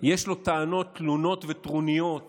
יש לו טענות, תלונות וטרוניות